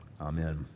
Amen